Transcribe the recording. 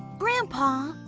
grandpa,